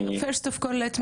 קולנו.